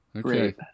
great